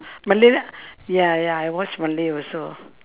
malay ya ya I watch malay also